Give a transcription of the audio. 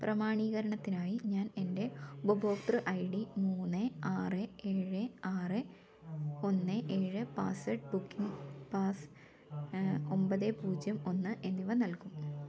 പ്രമാണീകരണത്തിനായി ഞാൻ എന്റെ ഉപഭോക്തൃ ഐ ഡി മൂന്ന് ആറ് ഏഴ് ആറ് ഒന്ന് ഏഴ് ബുക്കിങ് ഒമ്പത് പൂജ്യം ഒന്ന് എന്നിവ നൽകുന്നു